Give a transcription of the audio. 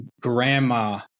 grandma